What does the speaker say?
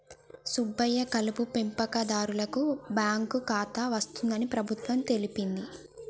సుబ్బయ్య కలుపు పెంపకందారులకు బాంకు ఖాతా వస్తుందని ప్రభుత్వం తెలిపింది